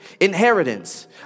inheritance